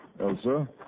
Elsa